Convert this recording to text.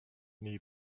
nii